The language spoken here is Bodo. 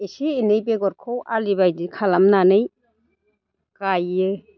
एसे एनै बेदरखौ आलि बायदि खालामनानै गायो